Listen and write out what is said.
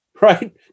right